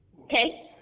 Okay